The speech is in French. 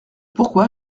pourquoi